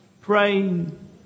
praying